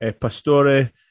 Pastore